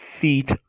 feet